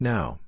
Now